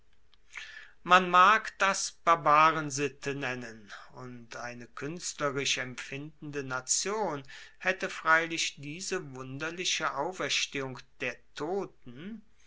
man mag das barbarensitte nennen und eine kuenstlerisch empfindende nation haette freilich diese wunderliche auferstehung der toter